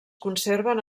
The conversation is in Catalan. conserven